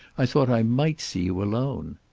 i thought i might see you alone.